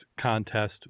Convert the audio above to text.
contest